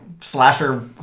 slasher